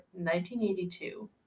1982